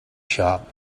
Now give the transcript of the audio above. shop